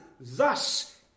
thus